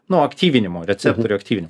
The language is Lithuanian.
nu aktyvinimo receptorių aktyvin